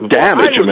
damage